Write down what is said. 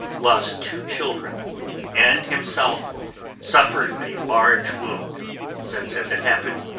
lost two children and himself suffered a large wound since, as it happened,